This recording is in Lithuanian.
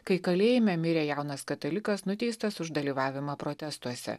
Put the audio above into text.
kai kalėjime mirė jaunas katalikas nuteistas už dalyvavimą protestuose